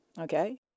Okay